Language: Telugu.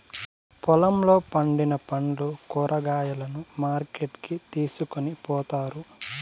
పొలంలో పండిన పండ్లు, కూరగాయలను మార్కెట్ కి తీసుకొని పోతారు